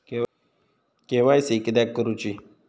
KYC किदयाक करूची?